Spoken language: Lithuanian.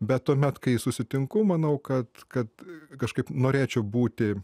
bet tuomet kai susitinku manau kad kad kažkaip norėčiau būti